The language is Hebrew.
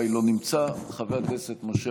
חבר הכנסת ינון אזולאי,